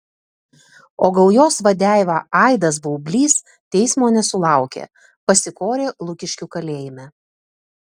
o gaujos vadeiva aidas baublys teismo nesulaukė pasikorė lukiškių kalėjime